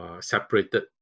separated